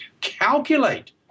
calculate